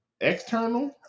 External